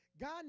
God